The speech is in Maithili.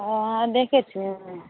ओ अहाँ देखै छिए